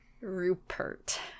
Rupert